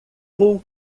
vou